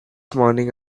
morning